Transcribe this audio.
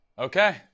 Okay